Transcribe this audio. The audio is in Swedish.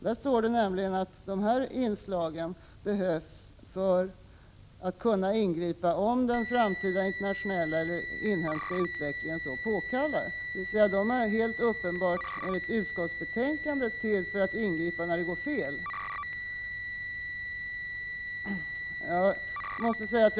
Det står nämligen i betänkandet att dessa inslag behövs för att man skall kunna ingripa om den framtida internationella eller inhemska utvecklingen så påkallar. De är uppenbarligen, enligt utskottsbetänkandet, till för att man skall kunna ingripa när det går fel.